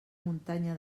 muntanya